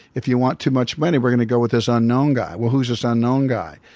if you want too much money, we're going to go with this unknown guy. well, who's this unknown guy?